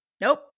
nope